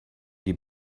die